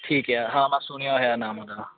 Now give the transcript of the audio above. ਠੀਕ ਆ ਹਾਂ ਮੈਂ ਸੁਣਿਆ ਹੋਇਆ ਨਾਮ ਉਹਦਾ